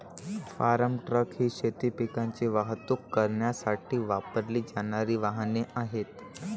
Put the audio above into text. form truck ही शेती पिकांची वाहतूक करण्यासाठी वापरली जाणारी वाहने आहेत